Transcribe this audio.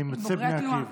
הם יוצאי בני עקיבא.